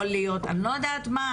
יכול להיות אני לא יודעת מה,